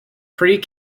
pre